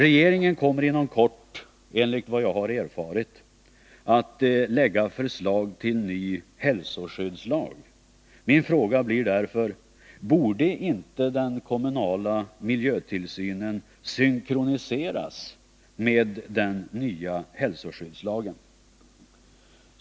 Regeringen kommer inom kort, enligt vad jag har erfarit, att lägga förslag till ny hälsoskyddslag. Min fråga blir därför: Borde inte den kommunala miljötillsynen synkroniseras med den nya hälsoskyddslagen?